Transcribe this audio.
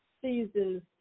seasons